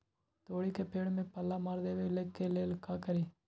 तोड़ी के पेड़ में पल्ला मार देबे ले का करी?